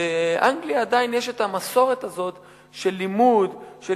ובאנגליה עדיין יש המסורת הזאת של לימוד של